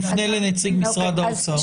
אנחנו נפנה לנציג משרד האוצר.